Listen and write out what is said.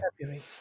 February